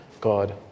God